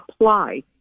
apply